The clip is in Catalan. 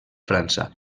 frança